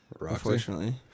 Unfortunately